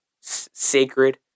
sacred